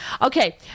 Okay